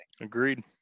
Agreed